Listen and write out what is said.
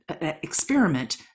experiment